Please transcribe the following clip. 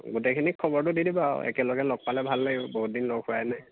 গোটেইখিনিক খবৰটো দি দিবা আৰু একেলগে লগ পালে ভাল লাগিব বহুত দিন লগ হোৱাই নাই